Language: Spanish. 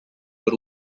por